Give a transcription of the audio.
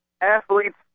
Athletes